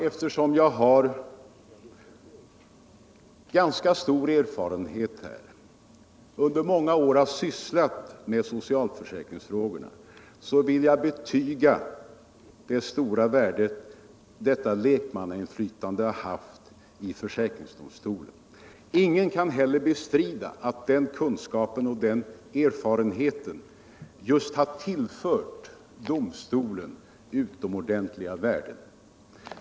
Eftersom jag har ganska stor erfarenhet och under många 209 år har sysslat med socialförsäkringsfrågorna, vill jag betyga det stora värde som detta lekmannainflytande har haft i försäkringsdomstolen. Ingen kan heller bestrida att den kunskapen och den erfarenheten har tillfört domstolen utomordentliga värden.